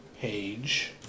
page